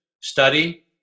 Study